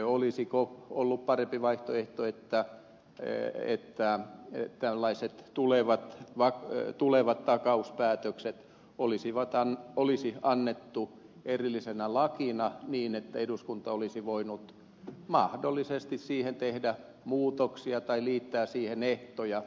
olisiko ollut parempi vaihtoehto että tällaiset tulevat takauspäätökset olisi annettu erillisenä lakina niin että eduskunta olisi voinut mahdollisesti siihen tehdä muutoksia tai liittää siihen ehtoja